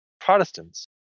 Protestants